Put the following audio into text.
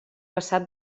passat